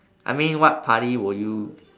I mean what party would you